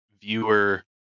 viewer